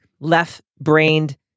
left-brained